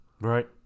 Right